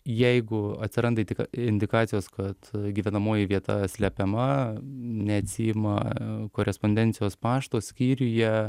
jeigu atsiranda tik indikacijos kad gyvenamoji vieta slepiama neatsiima korespondencijos pašto skyriuje